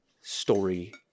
story